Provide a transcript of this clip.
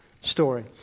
story